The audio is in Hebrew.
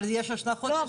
אבל יש השלכות --- לא,